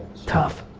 tough.